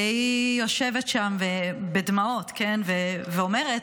והיא יושבת שם בדמעות ואומרת: